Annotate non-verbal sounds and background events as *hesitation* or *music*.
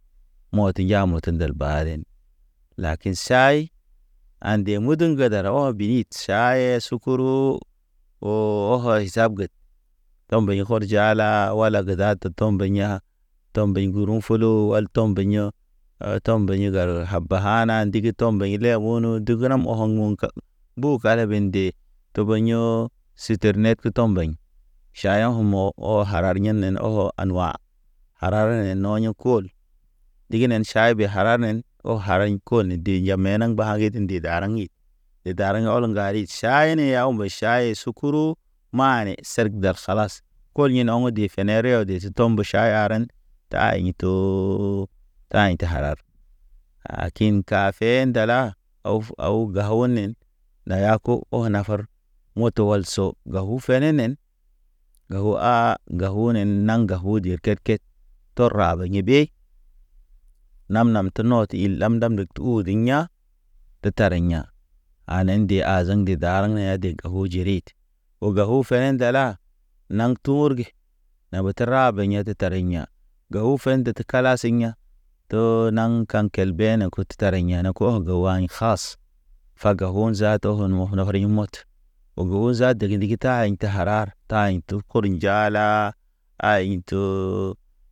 Mɔt ya mɔt ndel baren lakin say ande mudu ŋgederɔ ɔ binit. Saye sukuru, o okɔy zabged. Tɔmbeɲ kɔr jala wala ge dad tɔmbeɲ ya. Tɔmbeɲ gurun folo al tɔmbeɲ ya̰. Tɔmbeɲ gal hab hana ndig tɔmbeɲ leya de gram o̰hoŋ o̰ka. Bu kala be nde toboɲ yo, si ter net ke tɔmbeɲ. Ʃaiya o mo o harar yenen o anwa harar ne neyo̰ kol. Ɗiginen ʃaibe haranen o haraɲ ko ne de ndjamena ɓa ged daraŋ ye. De daraŋ ol ŋgarid ʃaine yaw mbe ʃai sukuru, mane serg dal kalas. Kol inɔŋ de fenerew de te tɔmbe ʃai aren. Taɲ too, taɲ te harab. Lakin kafe ndala, awfu aw gawnen, nayako o nafar. Moto wal so gawu fenenen. Gawu a gawunen naŋga wu di er ket- ket. Tɔra ye mej ɓe, nam- nam te nɔt il ɗa ndam diɲa̰. De taren ɲa̰. Anen nde azeŋ de dareŋ ne ya gawo de jerid. O gawu fene ndala, naŋ tuurge, na bete ra beɲe de tareŋ ya. Gewu fende te kala siɲa. Too naŋ kan kel bene kutu tara yane ko gewaɲ kas. Faga o zaata *hesitation* nafari mɔt. O gewu zaata degi ta haɲ te harar ta Taɲ tu kur njala ay too.